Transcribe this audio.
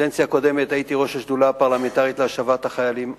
בקדנציה הקודמת הייתי ראש השדולה הפרלמנטרית להשבת החיילים החטופים.